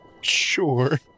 Sure